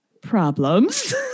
problems